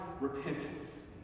repentance